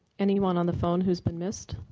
anyone on the phone who's been missed?